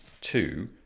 two